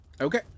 Okay